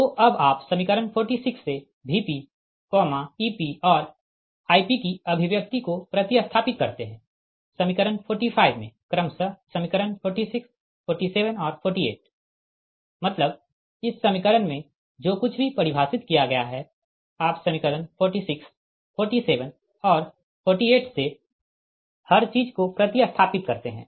तो अब आप समीकरण 46 से Vp Epऔर Ip की अभिव्यक्ति को प्रति स्थापित करते है समीकरण 45 में क्रमशः समीकरण 46 47 और 48 मतलब इस समीकरण में जो कुछ भी परिभाषित किया गया है आप समीकरण 46 47 और 48 से हर चीज को प्रति स्थापित करते है